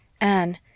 Anne